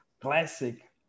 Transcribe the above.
Classic